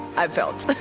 i felt.